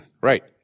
Right